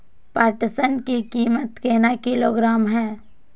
पटसन की कीमत केना किलोग्राम हय?